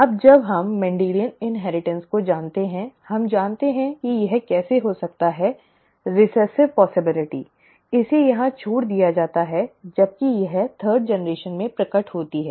अब जब हम मेंडेलियन इन्हेरिटेंस को जानते हैं हम जानते हैं कि यह कैसे हो सकता है रिसेसिव संभावना इसे यहां छोड़ दिया जाता है जबकि यह तीसरी पीढ़ी में प्रकट होती है